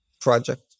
project